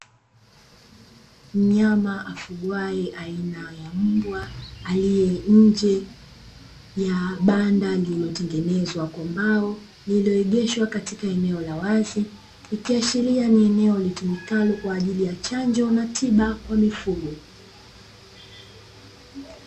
Mnyama afungwae aina ya mbwa aliye nje ya banda lililotengenezwa kwa mbao, limeegeshwa katika eneo la wazi ikiashiria ni eneo kwa ajili ya chanjo na tiba kwa mifugo.